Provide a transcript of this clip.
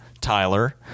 Tyler